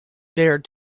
dared